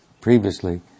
previously